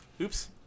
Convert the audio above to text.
Oops